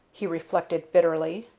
he reflected, bitterly.